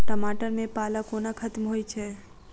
टमाटर मे पाला कोना खत्म होइ छै?